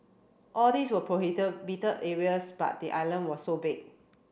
all these were areas but the island was so big